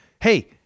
Hey